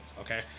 Okay